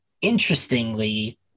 interestingly